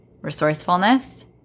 resourcefulness